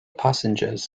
passengers